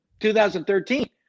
2013